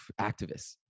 activists